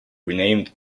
renamed